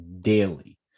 daily